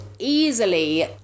easily